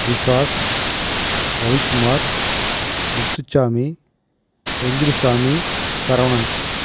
Vikash Ravikumar Muthusamy Vengudusamy Saravanan